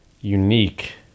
unique